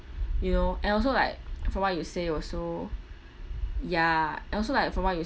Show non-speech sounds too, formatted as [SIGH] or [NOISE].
you know and also like [NOISE] from what you say also ya and also like from what you